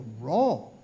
wrong